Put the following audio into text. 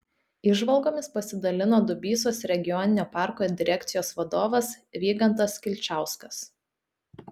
įžvalgomis pasidalino dubysos regioninio parko direkcijos vadovas vygantas kilčauskas